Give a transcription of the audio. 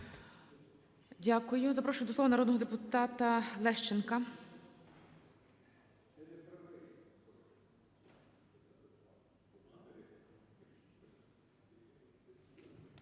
Дякую. Запрошую до слова народного депутата Лещенка.